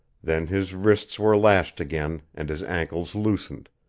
then his wrists were lashed again and his ankles loosened,